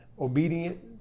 obedient